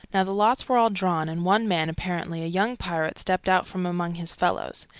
now the lots were all drawn, and one man, apparently a young pirate, stepped out from among his fellows.